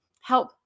help